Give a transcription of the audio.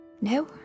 No